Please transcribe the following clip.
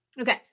Okay